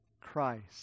Christ